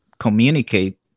communicate